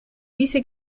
dice